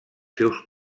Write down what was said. seus